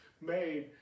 made